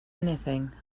anything